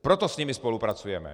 Proto s nimi spolupracujeme.